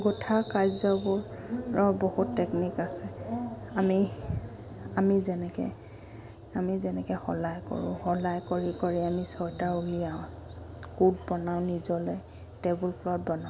গুঠা কাৰ্যবোৰৰ বহুত টেকনিক আছে আমি আমি যেনেকৈ আমি যেনেকৈ শলাই কৰোঁ শলাই কৰি কৰি আমি চোৱেটাৰ উলিয়াওঁ কোট বনাওঁ নিজলৈ টেবুল ক্লথ বনাওঁ